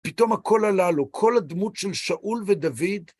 פתאום הכל עלה לו, כל הדמות של שאול ודוד,